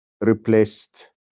replaced